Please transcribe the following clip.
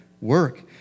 Work